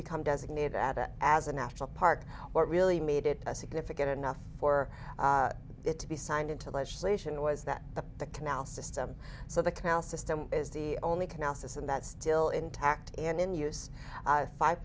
become designated at it as a national park or really made it a significant enough for it to be signed into legislation was that the the canal system so the canal system is the only canal system that still intact in use five